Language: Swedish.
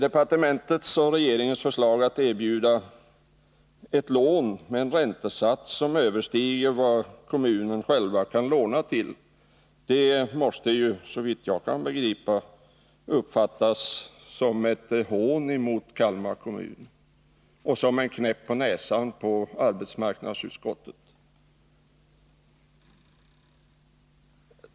Departementets och regeringens förslag att erbjuda ett lån med en räntesats som överstiger vad kommunen själv kan låna till måste, såvitt jag förstår, uppfattas som ett hån mot Kalmar kommun och en knäpp på näsan på arbetsmarknadsutskottet.